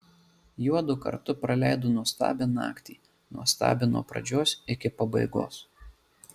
juodu kartu praleido nuostabią naktį nuostabią nuo pradžios iki pabaigos